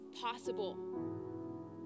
possible